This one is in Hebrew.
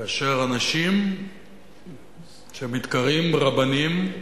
כאשר אנשים שמתקראים "רבנים"